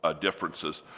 ah differences.